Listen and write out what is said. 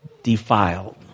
defiled